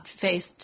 faced